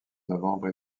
novembre